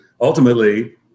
ultimately